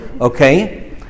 okay